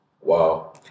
wow